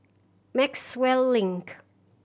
Maxwell Link